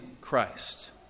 Christ